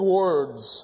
words